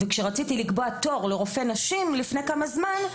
וכשרציתי לקבוע תור לרופא שנים לפני כמה זמן,